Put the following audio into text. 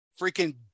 freaking